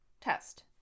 test